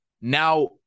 now